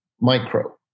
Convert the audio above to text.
Micro